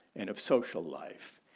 and if social life.